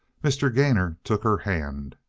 mr. gainor took her hand.